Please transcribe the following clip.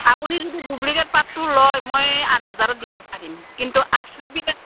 আপুনি যদি ডুব্লিকেট পাটটো লয় মই আঠ হাজাৰত দিব পাৰিম কিন্তু আচলবিলাকত